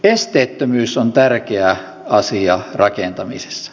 esteettömyys on tärkeä asia rakentamisessa